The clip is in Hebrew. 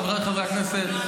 חבריי חברי הכנסת,